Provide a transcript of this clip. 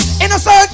Innocent